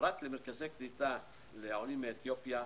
פרט למרכזי קליטה לעולים מאתיופיה,